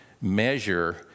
measure